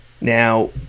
Now